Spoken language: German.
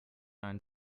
einen